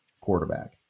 quarterback